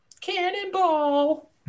Cannonball